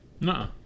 No